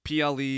PLE